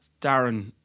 Darren